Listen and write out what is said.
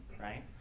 Right